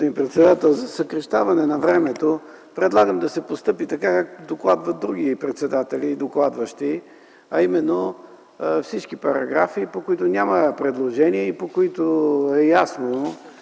председател, за съкращаване на времето предлагам да се постъпи така, както докладват други председатели и докладващи, а именно: всички параграфи, по които няма предложения и по които има